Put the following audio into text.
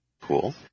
cool